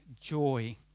joy